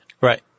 Right